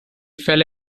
fell